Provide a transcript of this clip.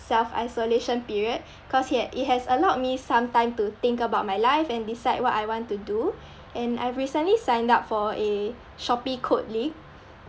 self-isolation period cause it had it has allowed me some time to think about my life and decide what I want to do and I've recently signed up for a shopee code league